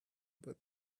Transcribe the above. but